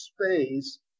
space